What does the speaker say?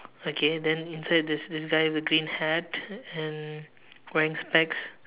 okay then inside there is this guy with a green hat and wearing specs